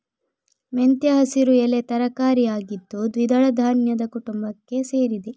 ಮೆಂತ್ಯ ಹಸಿರು ಎಲೆ ತರಕಾರಿ ಆಗಿದ್ದು ದ್ವಿದಳ ಧಾನ್ಯದ ಕುಟುಂಬಕ್ಕೆ ಸೇರಿದೆ